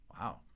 Wow